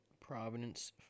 Providence